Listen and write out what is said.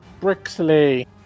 Brixley